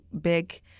big